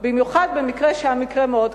במיוחד כשהמקרה מאוד קשה.